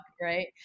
right